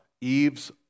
Eve's